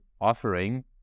offering